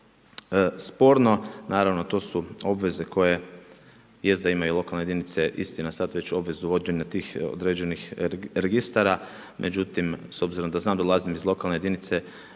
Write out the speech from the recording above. sporno, naravno to su obveze koje jest da imaju lokalne jedinice istina sad već obvezu vođenja tih određenih registara međutim s obzirom da znam, dolazim iz lokalne jedinice,